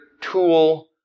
tool